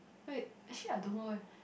wait actually I don't know leh